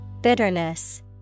Bitterness